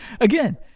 again